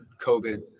COVID